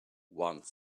one